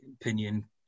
opinion